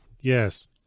Yes